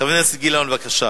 חבר הכנסת גילאון, בבקשה.